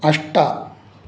अष्ट